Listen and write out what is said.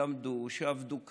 שלמדו, שעבדו קשה,